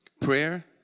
Prayer